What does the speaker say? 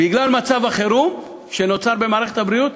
בגלל מצב החירום שנוצר במערכת הבריאות,